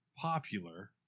popular